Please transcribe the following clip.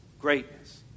greatness